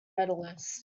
medalist